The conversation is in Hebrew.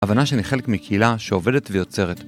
הבנה שאני חלק מקהילה שעובדת ויוצרת.